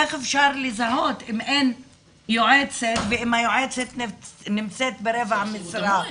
איך אפשר לזהות אם אין יועצת ואם היועצת נמצאת ברבע משרה?